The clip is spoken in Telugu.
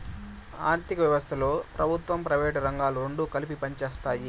ఆర్ధిక వ్యవస్థలో ప్రభుత్వం ప్రైవేటు రంగాలు రెండు కలిపి పనిచేస్తాయి